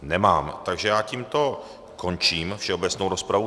Nemám, takže já tímto končím všeobecnou rozpravu.